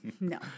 No